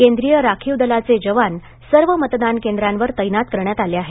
केंद्रीय राखीव दलाचे जवान सर्व मतदान केंद्रांवर तैनात करण्यात आले आहेत